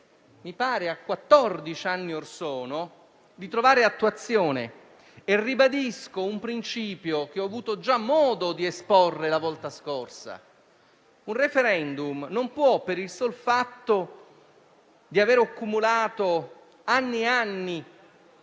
a quattordici anni orsono, di trovare attuazione e ribadisco un principio che ho avuto già modo di esporre la volta scorsa. Un *referendum*, per il sol fatto di aver accumulato anni dal